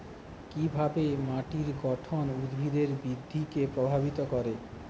কিভাবে মাটির গঠন উদ্ভিদের বৃদ্ধিকে প্রভাবিত করে?